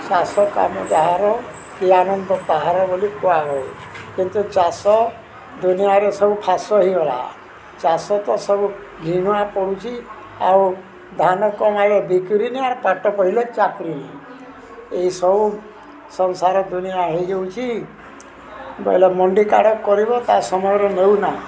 ଚାଷ କାମ ଯାହାର କି ଆନନ୍ଦ ତାହାର ବୋଲି କୁହା ହୁଏ କିନ୍ତୁ ଚାଷ ଦୁନିଆରେ ସବୁ ଫାସ ହୋଇଗଲା ଚାଷ ତ ସବୁ ଘିିନଆ ପଡ଼ୁଛି ଆଉ ଧାନ କମ୍ଲେ ବିକ୍ରିନି ଆର୍ ପାଟ କିଣିଲେ ଚାକିରିନି ଏଇସବୁ ସଂସାର ଦୁନିଆ ହୋଇଯାଉଛି ବୋଇଲେ ମଣ୍ଡିିକାଡ଼ କରିବ ତା ସମୟରେ ନଉନା